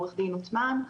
עו"ד עותמאן.